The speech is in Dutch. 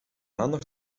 maandag